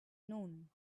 noon